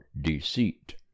deceit